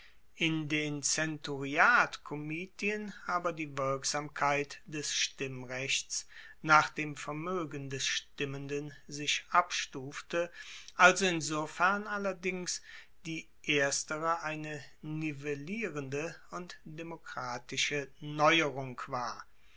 in den zenturiatkomitien aber die wirksamkeit des stimmrechts nach dem vermoegen des stimmenden sich abstufte also insofern allerdings die erstere eine nivellierende und demokratische neuerung war